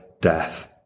death